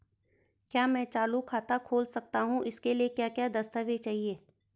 क्या मैं चालू खाता खोल सकता हूँ इसके लिए क्या क्या दस्तावेज़ चाहिए?